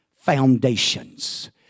foundations